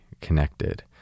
connected